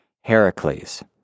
Heracles